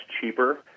cheaper